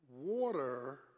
water